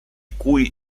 cui